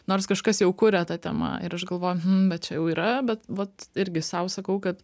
nors kažkas jau kuria ta tema ir aš galvoju bet čia jau yra bet vat irgi sau sakau kad